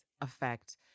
effect